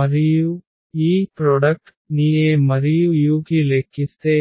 మరియు ఈ ఉత్పత్తి ని A మరియు u కి లెక్కిస్తే